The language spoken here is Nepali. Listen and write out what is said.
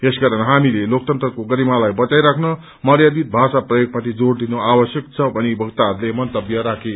यसकारण हामीले लोकतन्त्रको गरिमालाई बचाइराख्न मर्यादित भाषा प्रयोगमाथि जोड़ दिनु आवश्यक छ भनी वक्ताहरूले मन्तव्य राखे